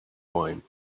wine